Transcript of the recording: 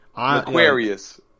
Aquarius